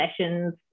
sessions